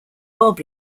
bob